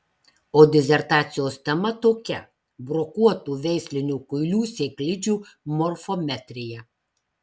o disertacijos tema tokia brokuotų veislinių kuilių sėklidžių morfometrija